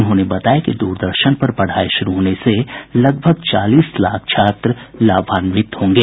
उन्होंने बताया कि दूरदर्शन पर पढ़ाई शुरू होने से लगभग चालीस लाख छात्र लाभांवित होंगे